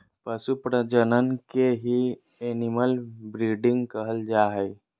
पशु प्रजनन के ही एनिमल ब्रीडिंग कहल जा हय